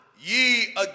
ye